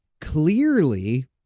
Clearly